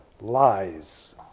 lies